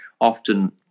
often